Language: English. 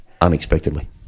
unexpectedly